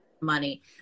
money